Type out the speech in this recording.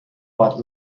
but